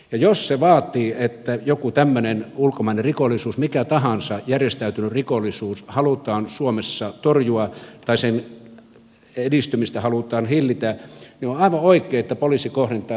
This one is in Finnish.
jos se vaatii että joku tämmöinen ulkomainen rikollisuus mikä tahansa järjestäytynyt rikollisuus halutaan suomessa torjua tai sen edistymistä halutaan hillitä niin on aivan oikein että poliisi kohdentaa resurssit sinne